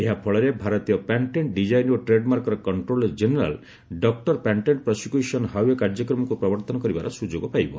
ଏହା ଫଳରେ ଭାରତୀୟ ପ୍ୟାଟେଣ୍ଟ ଡିଜାଇନ୍ ଓ ଟ୍ରେଡ୍ମାର୍କର କକ୍ଷ୍ଟ୍ରୋଲର ଜେନେରାଲ୍ ଡକ୍କର ପ୍ୟାଟେଣ୍ଟ ପ୍ରସ୍ୟକେସନ୍ ହାଇଓ୍ବେ କାର୍ଯ୍ୟକ୍ରମକୁ ପ୍ରବର୍ତ୍ତନ କରିବାର ସୁଯୋଗ ପାଇବ